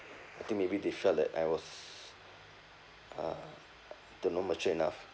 I think maybe they felt that I was uh the not mature enough